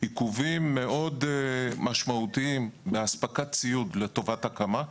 עיכובים מאוד באספקת ציוד לטובת הקמה.